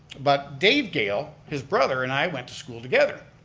but dave gayle, his brother and i went to school together.